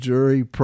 Jury